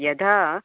यदा